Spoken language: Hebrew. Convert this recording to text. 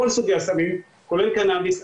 כל סוגי הסמים כולל קנאביס,